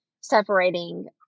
separating